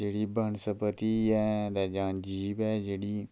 जेह्ड़ी बनस्पति ऐ जां जीव ऐ जेह्ड़ी